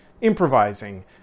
improvising